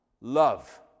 love